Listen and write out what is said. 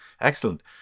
excellent